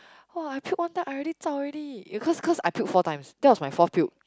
!wah! I puke one time I already zao already you cause cause I puke four times that was my forth puke